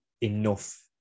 enough